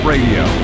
Radio